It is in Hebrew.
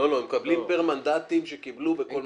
הם מקבלים פר מנדטים שהם קיבלו בכל מקום.